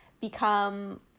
become